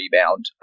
rebound